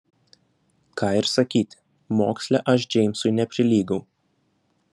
ką ir sakyti moksle aš džeimsui neprilygau